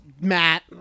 Matt